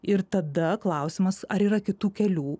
ir tada klausimas ar yra kitų kelių